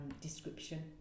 description